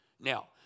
Now